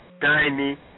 tiny